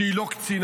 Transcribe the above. שהיא לא קצינה,